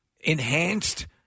enhanced